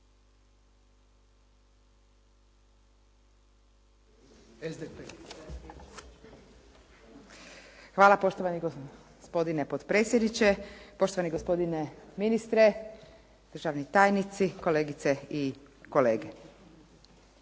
Hvala gospodine potpredsjedniče, poštovani gospodine ministre, državni tajnici, kolegice i kolege.